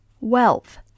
wealth